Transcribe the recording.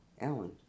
ellen